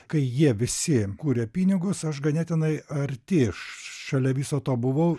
kai jie visi kūrė pinigus aš ganėtinai arti šalia viso to buvau